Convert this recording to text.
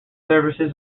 services